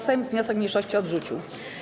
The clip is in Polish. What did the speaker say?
Sejm wniosek mniejszości odrzucił.